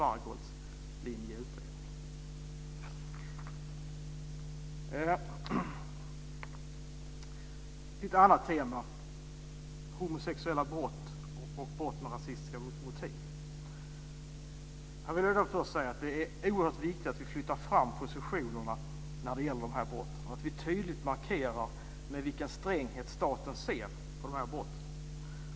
Jag går över till ett annat tema. Brott mot homosexuella och brott med rasistiska motiv. Det är oerhört viktigt att vi flyttar fram positionerna när det gäller de brotten, att vi tydligt markerar med vilken stränghet staten ser på brotten.